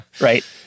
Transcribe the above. right